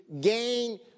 gain